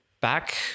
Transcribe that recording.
back